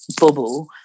bubble